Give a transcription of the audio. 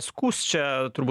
skųs čia turbūt